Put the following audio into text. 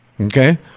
Okay